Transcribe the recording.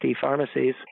pharmacies